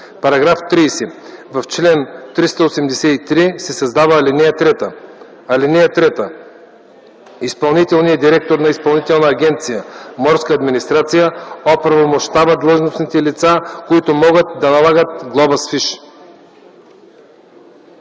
„§ 30. В чл. 383 се създава ал. 3: „(3) Изпълнителният директор на Изпълнителна агенция „Морска администрация” оправомощава длъжностните лица, които могат да налагат глоба с фиш.”